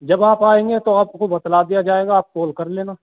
جب آپ آئیں گے تو آپ کو بتا دیا جائے گا آپ کال کر لینا